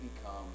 become